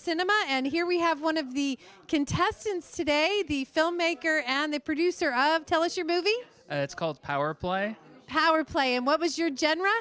cinema and here we have one of the contestants today the filmmaker and the producer of tell us your movie it's called power play power play and what was your general